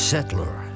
Settler